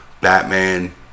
Batman